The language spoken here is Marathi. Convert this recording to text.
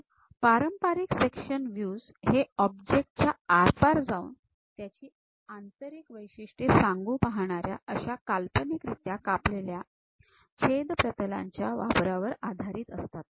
तर पारंपरिक सेक्शन व्हयूज हे ऑब्जेक्ट च्या आरपार जाऊन त्याची आंतरिक वैशिष्ट्ये सांगू पाहणाऱ्या अशा काल्पनिकरीत्या कापलेल्या छेद प्रतलांच्या वापरावर आधारित असतात